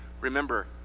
remember